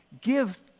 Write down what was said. Give